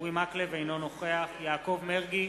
אינו נוכח יעקב מרגי,